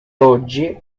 oggi